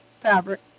fabric